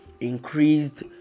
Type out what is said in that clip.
increased